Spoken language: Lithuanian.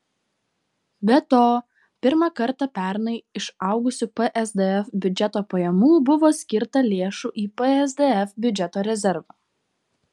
be to pirmą kartą pernai iš augusių psdf biudžeto pajamų buvo skirta lėšų į psdf biudžeto rezervą